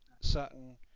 certain